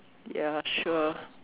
ya sure